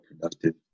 productive